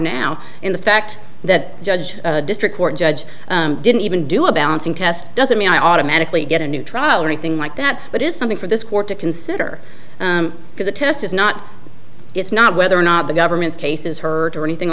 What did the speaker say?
now in the fact that judge district court judge didn't even do a balancing test doesn't mean i automatically get a new trial or anything like that but it's something for this court to consider because the test is not it's not whether or not the government's case is heard or anything